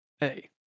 Hey